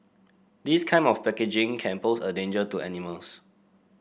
this kind of packaging can pose a danger to animals